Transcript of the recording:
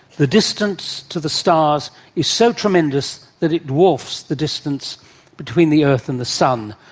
the distance to the stars is so tremendous that it dwarfs the distance between the earth and the sun.